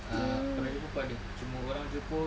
err orang jepun pun ada cuma orang jepun